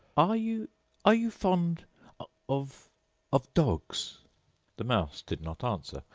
are you are you fond of of dogs the mouse did not answer,